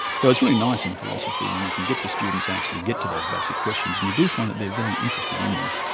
so it's really nice in philosophy when you can get the students actually get to those basic questions, and you do find that they're very interested in them.